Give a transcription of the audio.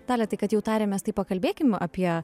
dalia tai kad jau tarėmės tai pakalbėkim apie